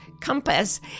compass